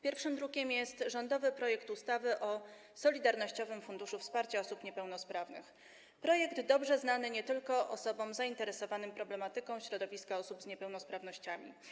Pierwszy druk to rządowy projekt ustawy o Solidarnościowym Funduszu Wsparcia Osób Niepełnosprawnych, projekt dobrze znany nie tylko osobom zainteresowanym problematyką środowiska osób z niepełnosprawnościami.